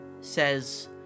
says